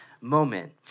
moment